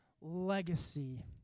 Legacy